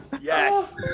Yes